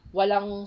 walang